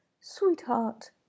Sweetheart